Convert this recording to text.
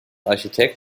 architekt